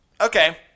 okay